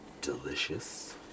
delicious